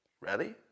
Ready